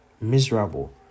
miserable